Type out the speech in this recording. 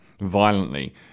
violently